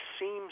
seems